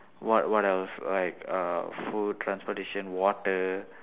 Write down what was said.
what what else like uh food transportation water